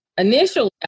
Initially